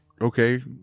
okay